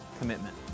commitment